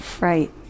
Right